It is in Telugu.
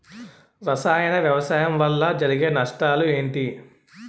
రసాయన వ్యవసాయం వల్ల జరిగే నష్టాలు ఏంటి?